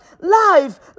life